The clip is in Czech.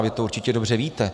Vy to určitě dobře víte.